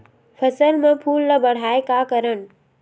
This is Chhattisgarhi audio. फसल म फूल ल बढ़ाय का करन?